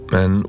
Men